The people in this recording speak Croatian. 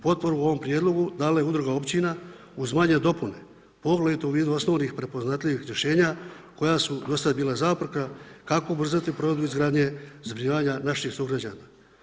Potporu u ovom prijedlogu dala je udruga općina uz manje dopune, poglavito u vidu osnovnim prepoznatljivih rješenja koja su dosad bila zapreka kako ubrzati provedbu izgradnje zbrinjavanja naših sugrađana.